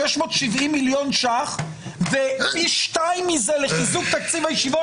670,000,000 ש"ח ופי שתיים מזה לחיזוק תקציב הישיבות